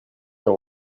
d’un